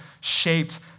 shaped